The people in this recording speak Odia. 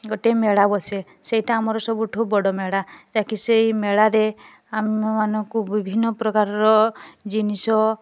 ଗୋଟେ ମେଳା ବସେ ସେଇଟା ଆମର ସବୁଠୁ ବଡ଼ ମେଳା ଯାହାକି ସେହି ମେଳାରେ ଆମ ମାନଙ୍କୁ ବିଭିନ୍ନ ପ୍ରକାରର ଜିନିଷ